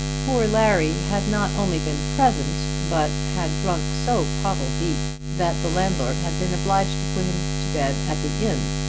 poor larry had not only been present, but had drunk so pottle-deep that the landlord had been obliged to put him to bed at the inn,